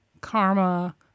karma